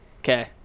Okay